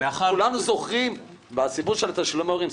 כולנו זוכרים מהסיפור של תשלומי ההורים,